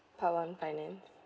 part one finance